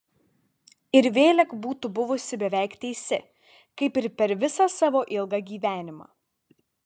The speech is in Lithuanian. ir vėlek būtų buvusi beveik teisi kaip ir per visą savo ilgą gyvenimą